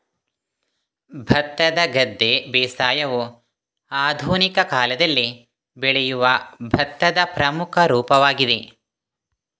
ಭತ್ತದ ಗದ್ದೆ ಬೇಸಾಯವು ಆಧುನಿಕ ಕಾಲದಲ್ಲಿ ಬೆಳೆಯುವ ಭತ್ತದ ಪ್ರಮುಖ ರೂಪವಾಗಿದೆ